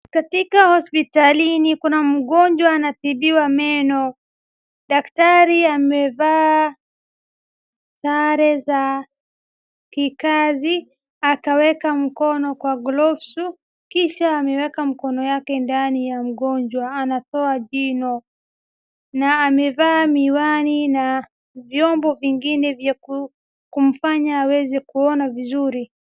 Katika hospitalini kuna mgonjwa anatibiwa meno, daktari amevaa sare za kikazi akaweka mkono kwa gloves kisha ameweka mikono yake ndani ya mgonjwa anatoa jino, na amevaa miwani na vyombo vingine vya kumfanya aweze kuona vizuri.